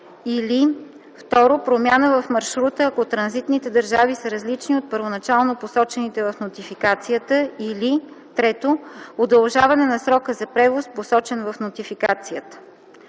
или 2. промяна в маршрута, ако транзитните държави са различни от първоначално посочените в нотификацията, или 3. удължаване на срока за превоз, посочен в нотификацията.”